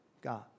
God